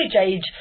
age